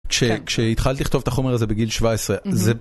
כשהתחלתי לכתוב את החומר הזה בגיל 17, זה...